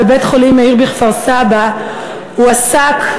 בבית-החולים "מאיר" בכפר-סבא הועסק,